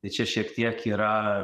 tai čia šiek tiek yra